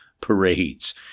parades